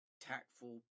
tactful